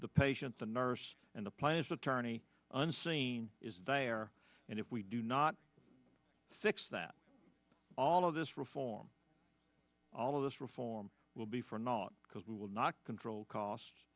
the patient the nurse and the plaintiff's attorney unseen is dire and if we do not fix that all of this reform all of this reform will be for naught because we will not control cost